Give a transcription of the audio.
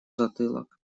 затылок